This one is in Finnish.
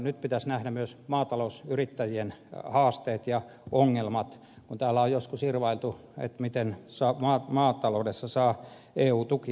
nyt pitäisi nähdä myös maatalousyrittäjien haasteet ja ongelmat kun täällä on joskus irvailtu miten maataloudessa saa eu tukia